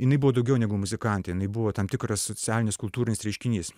jinai buvo daugiau negu muzikantė jinai buvo tam tikras socialinis kultūrinis reiškinys